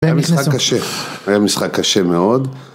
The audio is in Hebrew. היה משחק קשה, היה משחק קשה מאוד.